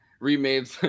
remade